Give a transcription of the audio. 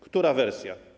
Która wersja?